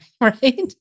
right